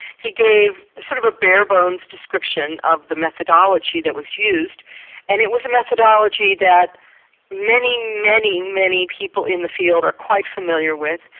he gave a sort of a bare bones description of the methodology that was used and it was a methodology that many, many, many people in the field are quite familiar with,